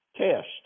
test